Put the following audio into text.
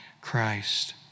Christ